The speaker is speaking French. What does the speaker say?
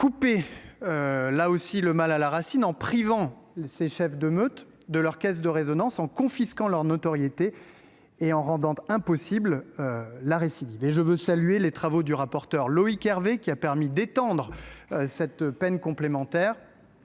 couper le mal à la racine en privant ces chefs de meute de leur caisse de résonance, en confisquant leur notoriété et en rendant impossible la récidive. À cet égard, je salue les travaux du rapporteur Loïc Hervé, qui a permis d’étendre cette peine complémentaire